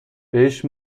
بهش